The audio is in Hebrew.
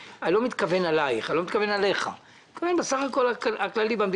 אני רוצה שיהיה כסף כדי שהתאחדות המלונות או כל זכיין אחר